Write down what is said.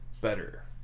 better